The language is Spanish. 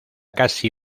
casi